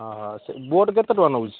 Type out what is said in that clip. ହଁ ହଁ ସେ ବୋଟ୍ କେତେ ଟଙ୍କା ନେଉଛି